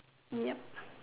ya